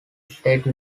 state